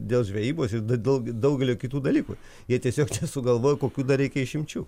dėl žvejybos ir dėl daugelio kitų dalykų jie tiesiog čia sugalvojo kokių dar reikia išimčių